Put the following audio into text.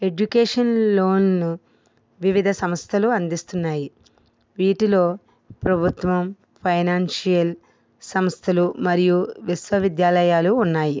education లోన్ను వివిధ సంస్థలు అందిస్తున్నాయి వీటిలో ప్రభుత్వం ఫైనాన్షియల్ సంస్థలు మరియు విశ్వ విద్యాలయాలు ఉన్నాయి